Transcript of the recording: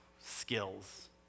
skills